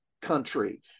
country